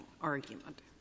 argument